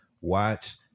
watch